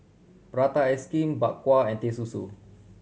prata ice cream Bak Kwa and Teh Susu